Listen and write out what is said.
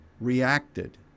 reacted